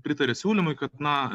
pritarė siūlymui kad na